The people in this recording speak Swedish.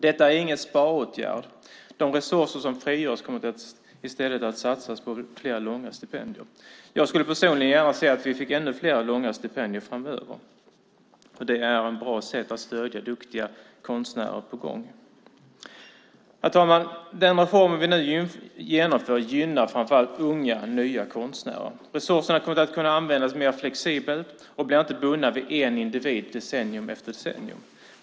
Detta är ingen sparåtgärd. De resurser som frigörs kommer i stället att satsas på fler långa stipendier. Jag skulle personligen gärna se att vi fick ännu fler långa stipendier framöver eftersom det är ett bra sätt att stödja duktiga konstnärer som är på gång. Herr talman! Den reform vi nu genomför gynnar framför allt unga nya konstnärer. Resurserna kommer att kunna användas mer flexibelt och blir inte bundna till en individ decennium efter decennium.